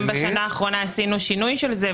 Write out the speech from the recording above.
גם בשנה האחרונה עשינו שינוי של זה,